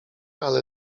ale